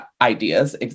ideas